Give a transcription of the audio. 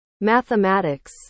mathematics